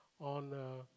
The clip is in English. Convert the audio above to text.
On